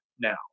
now